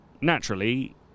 naturally